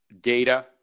data